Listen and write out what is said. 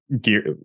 gear